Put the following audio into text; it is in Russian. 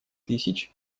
тысяч